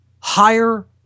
higher